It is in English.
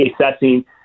assessing